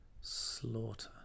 slaughter